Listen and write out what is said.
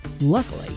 Luckily